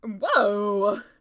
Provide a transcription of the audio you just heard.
Whoa